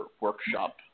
workshop